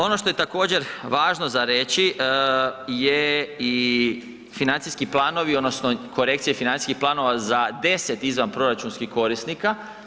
Ono što je također važno za reći je i financijski planovi odnosno korekcije financijskih planova za 10 izvanproračunskih korisnika.